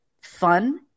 fun